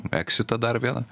eksitą dar vieną